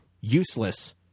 useless